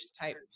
type